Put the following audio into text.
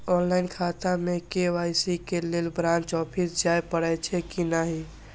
Online खाता में KYC के लेल ब्रांच ऑफिस जाय परेछै कि नहिं?